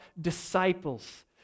disciples